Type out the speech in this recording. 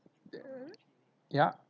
ya